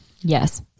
Yes